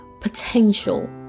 potential